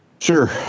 Sure